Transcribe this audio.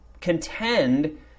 contend